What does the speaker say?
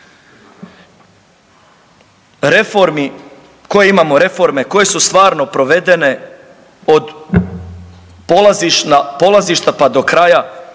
Reformi, koje imamo reforme, koje su stvarno provedene od polazišta pa do kraja